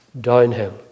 downhill